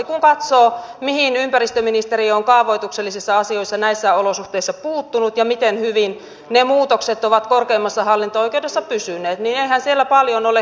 kun katsoo mihin ympäristöministeriö on kaavoituksellisissa asioissa näissä olosuhteissa puuttunut ja miten hyvin ne muutokset ovat korkeimmassa hallinto oikeudessa pysyneet niin eihän siellä paljon ole huteja tullut